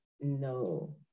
no